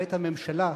ואת הממשלה: